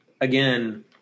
Again